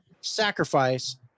sacrifice